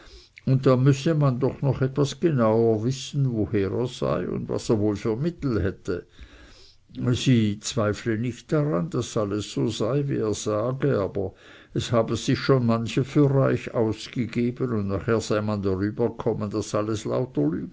und dann müsse man doch noch etwas genauer wissen woher er sei und was er wohl für mittel hätte sie zweifle nicht daran daß alles so sei wie er sage aber es habe sich schon mancher für reich ausgegeben und nachher sei man darübergekommen daß alles lauter